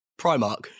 Primark